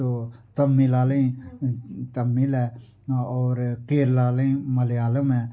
तमिल आहले तमिल ऐ और केरला आहले मलालयम ऐ